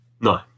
No